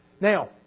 Now